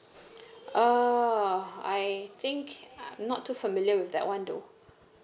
oh I think not too familiar with that [one] though